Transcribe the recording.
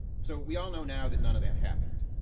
so we all know now that none of that happened.